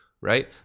right